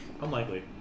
Unlikely